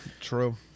true